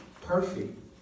perfect